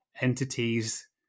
entities